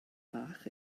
bach